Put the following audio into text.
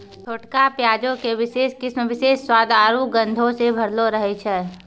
छोटका प्याजो के विशेष किस्म विशेष स्वाद आरु गंधो से भरलो रहै छै